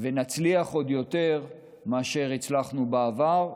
ונצליח עוד יותר מאשר הצלחנו בעבר.